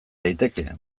daiteke